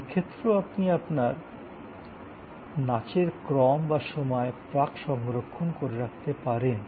তবে এক্ষেত্রেও আপনি আপনার নাচের ক্রম বা সময় আগেই সংরক্ষণ করে রাখতে পারেন